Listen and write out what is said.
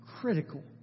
critical